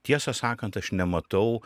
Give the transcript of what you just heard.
tiesą sakant aš nematau